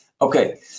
Okay